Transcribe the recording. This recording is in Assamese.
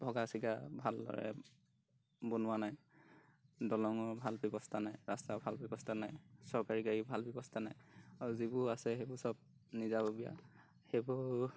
ভগা চিগা ভালদৰে বনোৱা নাই দলঙৰ ভাল ব্যৱস্থা নাই ৰাস্তাৰ ভাল ব্যৱস্থা নাই চৰকাৰী গাড়ীৰ ভাল ব্যৱস্থা নাই আৰু যিবোৰ আছে সেইবোৰ চব নিজাববীয়া সেইবোৰ